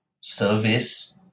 service